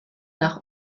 nach